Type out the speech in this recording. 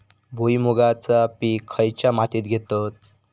भुईमुगाचा पीक खयच्या मातीत घेतत?